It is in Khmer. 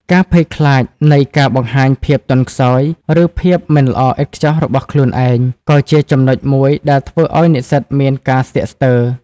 ការភ័យខ្លាចនៃការបង្ហាញភាពទន់ខ្សោយ ឬភាពមិនល្អឥតខ្ចោះរបស់ខ្លួនឯង ក៏ជាចំណុចមួយដែលធ្វើឱ្យនិស្សិតមានការស្ទាក់ស្ទើរ។